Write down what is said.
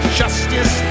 justice